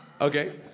Okay